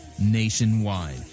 nationwide